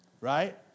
right